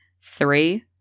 Three